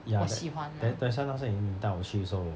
ya that tha~ that's why last time 你带我去的时候